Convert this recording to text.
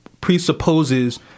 presupposes